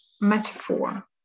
metaphor